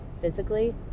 physically